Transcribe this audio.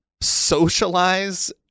socialize